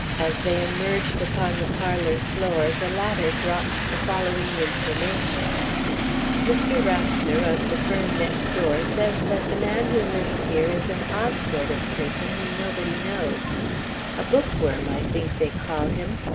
as they emerged upon the parlor floor, the latter dropped the following information mr. raffner of the firm next door says that the man who lives here is an odd sort of person whom nobody knows a bookworm, i think they call him.